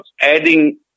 adding